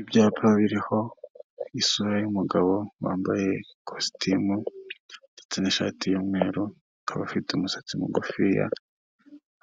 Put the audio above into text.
Ibyapa biriho isura y'umugabo wambaye kositimu ndetse n'ishati y'umweru akaba afite umusatsi mugufiya